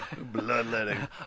Bloodletting